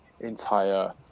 entire